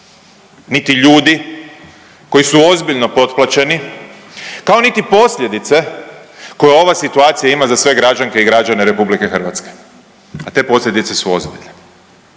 Niti ljudi koji su ozbiljno potplaćeni kao niti posljedice koje ova situacija ima za sve građanke i građane RH, a te posljedice su ozbiljne.